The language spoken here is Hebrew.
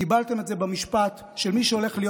קיבלתם את זה במשפט של מי שהולך להיות